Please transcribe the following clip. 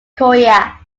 korea